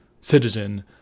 citizen